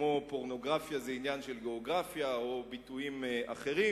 כמו "פורנוגרפיה זה עניין של גיאוגרפיה" או ביטויים אחרים.